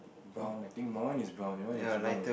brown I think my one is brown my one is brown or